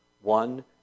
one